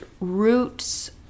roots